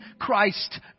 Christ